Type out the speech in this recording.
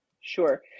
Sure